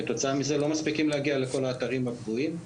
כתוצאה מזה לא מספיקים להגיע לכל האתרים הפגועים.